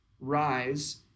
rise